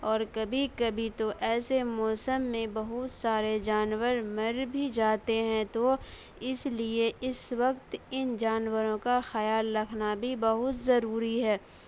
اور کبھی کبھی تو ایسے موسم میں بہت سارے جانور مر بھی جاتے ہیں تو اس لیے اس وقت ان جانوروں کا خیال رکھنا بھی بہت ضروری ہے